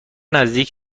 نزدیک